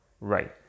right